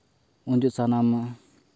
ᱩᱱ ᱡᱚᱠᱷᱮᱡ ᱥᱟᱱᱟᱢᱟᱜ